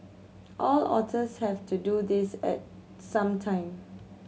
all otters have to do this at some time